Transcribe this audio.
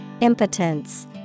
Impotence